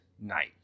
night